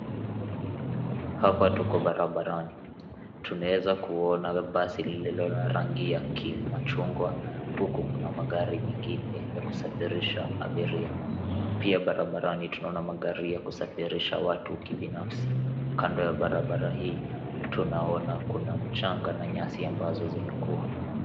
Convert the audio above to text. Hapa tuko barabarani. Tunaweza kuona basi lililo na rangi ya kimachungwa, huku kuna magari mengine ya kusafirisha abiria. Pia barabarani tunaona magari ya kusafirisha watu kibinafsi. Kando ya barabara hii, tunaona kuna mchanga na nyasi ambazo zimekua.